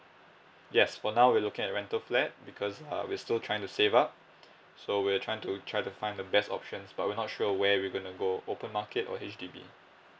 yes for now we're looking at rental flat because uh we still trying to save up so we're trying to try to find the best options but we're not sure where we gonna go open market or H_D_B